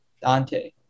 Dante